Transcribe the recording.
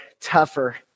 tougher